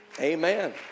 Amen